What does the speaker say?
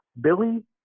Billy